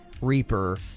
Reaper